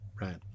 Right